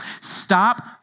Stop